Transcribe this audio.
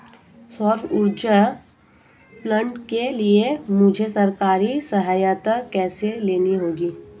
सौर ऊर्जा प्लांट के लिए मुझे सरकारी सहायता कैसे लेनी होगी?